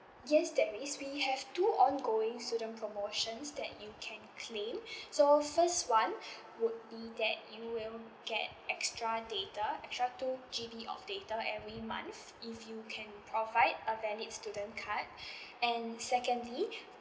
yes that is we have two ongoing student promotions that you can claim so first one would be that you will get extra data extra two G_B of data every month if you can provide a valid student card and secondly